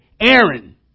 Aaron